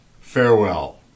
farewell